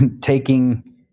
taking